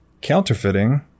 Counterfeiting